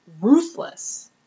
ruthless